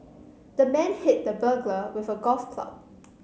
the man hit the burglar with a golf club